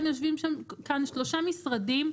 יושבים כאן שלושה משרדים,